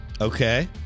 Okay